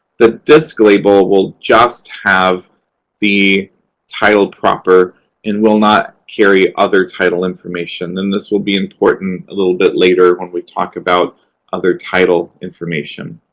the disc label will just have the title proper and will not carry other title information. and this will be important a little bit later when we talk about other title information.